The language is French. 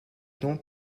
nom